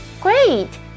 Great